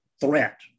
threat